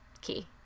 key